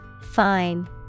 Fine